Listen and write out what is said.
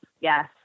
Yes